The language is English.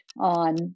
on